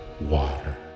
water